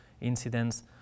incidents